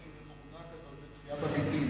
יש לנו איזו תכונה כזאת של תחיית המתים.